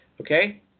Okay